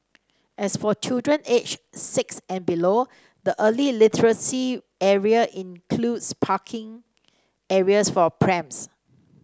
as for children aged six and below the early literacy area includes parking areas for prams